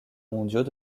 mondiaux